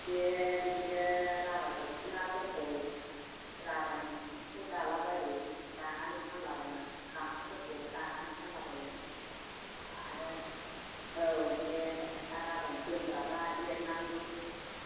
बे बिदिनो राभा दख'नाफोरखौ राभानि सिफोरखौ दालाबायो दानानै फानलाबायो गामसाफोरखौ दानानै फानलाबायो आरो औ बे राभानि जोमग्राब्ला एरनांगौ